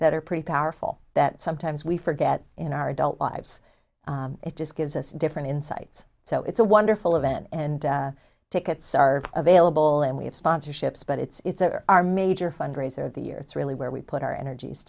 that are pretty powerful that sometimes we forget in our adult lives it just gives us different insights so it's a wonderful event and tickets are available and we have sponsorships but it's our major fundraiser of the year it's really where we put our energies